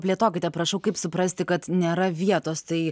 plėtokite prašau kaip suprasti kad nėra vietos tai